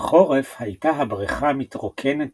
בחרף היתה הברכה מתרוקנת